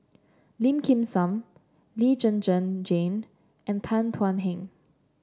Lim Kim San Lee Zhen Zhen Jane and Tan Thuan Heng